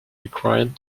required